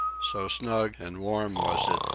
so snug and warm was it,